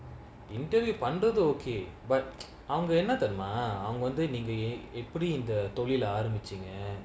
interview பன்ரது:panrathu okay but அவங்க என்ன தெரியுமா அவங்க வந்து நீங்க:avanga enna theriyumaa avanga vanthu neenga eh எப்டி இந்த தொழில ஆரம்பிச்சிங்க:epdi intha tholila aarambichinga